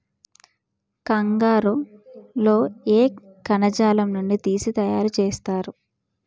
కంగారు లో ఏ కణజాలం నుండి తీసి తయారు చేస్తారు?